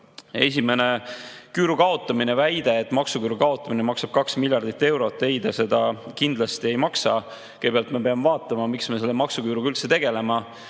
arvan? Esimene, küüru kaotamine. Väide, et maksuküüru kaotamine maksab 2 miljardit eurot. Ei, ta seda kindlasti ei maksa. Kõigepealt ma pean [rääkima], miks me selle maksuküüruga üldse tegeleme.